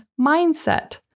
mindset